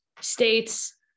states